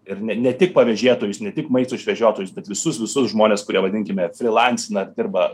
ir ne ne tik pavėžėtojus ne tik maisto išvežiotojus bet visus visus žmones kurie vadinkime flinacina ar dirba